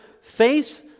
face